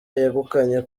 yegukanye